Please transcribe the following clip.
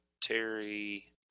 Terry